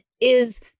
is-